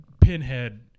pinhead